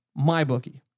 MyBookie